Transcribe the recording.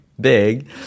big